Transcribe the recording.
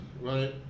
right